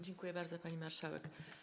Dziękuję bardzo, pani marszałek.